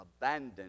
abandoned